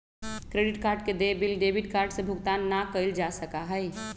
credit card के देय bill debit card से भुगतान ना कइल जा सका हई